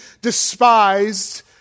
despised